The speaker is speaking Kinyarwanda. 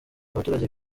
abaturage